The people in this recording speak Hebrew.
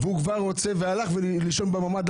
והבן שלי הלך לישון בממ"ד.